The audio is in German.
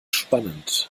spannend